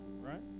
right